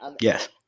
yes